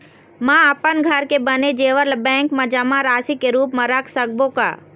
म अपन घर के बने जेवर ला बैंक म जमा राशि के रूप म रख सकबो का?